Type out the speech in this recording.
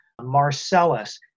Marcellus